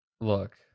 look